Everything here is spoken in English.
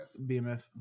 BMF